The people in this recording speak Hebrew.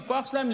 בכוח שלהם,